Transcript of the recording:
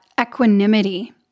equanimity